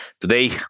Today